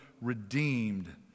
redeemed